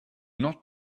not